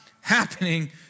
happening